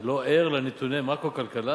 אתה לא ער לנתוני מקרו-כלכלה?